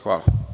Hvala.